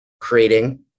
creating